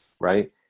right